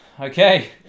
Okay